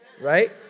right